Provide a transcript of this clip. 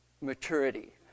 maturity